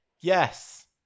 Yes